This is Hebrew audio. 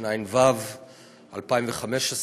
התשע"ו 2015,